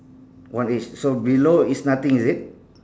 one each so below is nothing is it